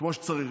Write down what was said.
כמו שצריך.